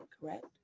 correct